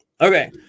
Okay